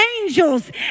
angels